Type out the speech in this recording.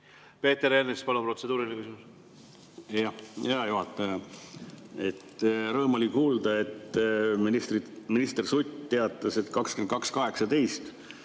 Peeter Ernits, palun, protseduuriline küsimus!